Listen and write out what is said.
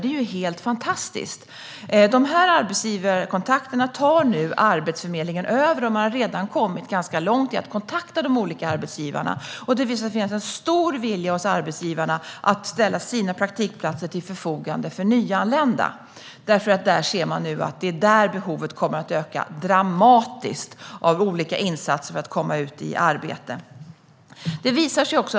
Det är fantastiskt. Dessa arbetsgivarkontakter tar Arbetsförmedlingen över, och man har redan kommit ganska långt i att kontakta de olika arbetsgivarna. Det visar sig finnas en stor vilja hos arbetsgivare att ställa praktikplatser till förfogande för nyanlända. Det är ju bland dem behovet av olika insatser för att komma ut i arbete kommer att öka dramatiskt.